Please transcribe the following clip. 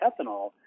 ethanol